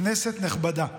כנסת נכבדה,